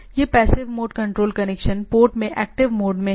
यह passive mode control connection port में active mode में है